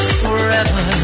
forever